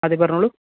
അതേ പറഞ്ഞോളൂ